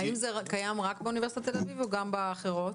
האם זה קיים רק באוניברסיטת תל אביב או גם באוניברסיטאות אחרות?